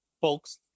folks